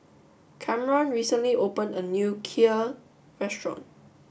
Kamron recently opened a new Kheer restaurant